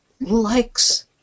likes